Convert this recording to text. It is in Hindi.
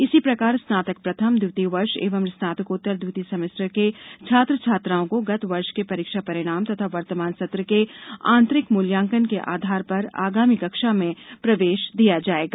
इसी प्रकार स्नातक प्रथम द्वितीय वर्ष एवं स्नातकोत्तर द्वितीय सेमेस्टर के छात्र छात्राओं को गत वर्ष के परीक्षा परिणाम तथा वर्तमान सत्र के आंतरिक मूल्यांकन के आधार पर आगामी कक्षा में प्रवेश दिया जाएगा